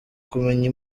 kumenya